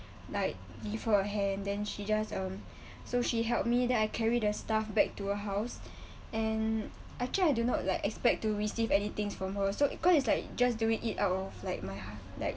like give her a hand then she just um so she helped me then I carry the stuff back to her house and actually I do not like expect to receive anything from her so it cause it's like just doing it out of like my hea~ like